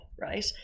right